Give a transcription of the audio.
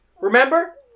Remember